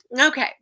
Okay